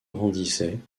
grandissait